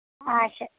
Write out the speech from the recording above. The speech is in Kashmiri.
اچھا